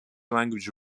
language